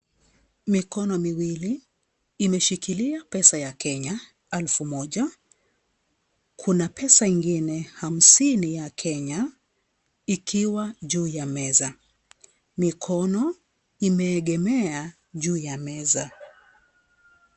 Mikono miwili, imeshikilia Pesa ya Kenya elfu moja, kuna pesa ingine hamsini ya Kenya ikiwa juu ya meza. Mikono imeegemea juu ya meza.